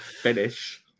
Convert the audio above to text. Finish